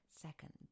Second